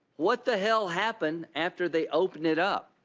what the hell happened after they opened it up?